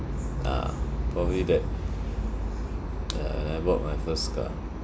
no ah probably that when I bought my first car yeah